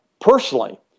personally